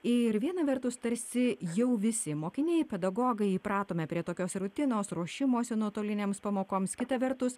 ir viena vertus tarsi jau visi mokiniai pedagogai įpratome prie tokios rutinos ruošimosi nuotolinėms pamokoms kita vertus